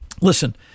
Listen